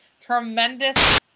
tremendous